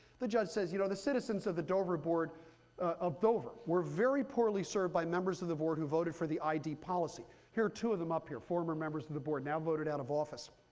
the judge says, you know the citizens of the dover board of dover were very poorly served by members of the board who voted for the id policy. here are two of them up here, former members of the board, now voted out of office.